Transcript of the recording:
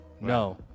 No